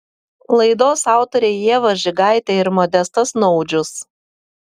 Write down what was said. laidos autoriai ieva žigaitė ir modestas naudžius